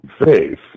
faith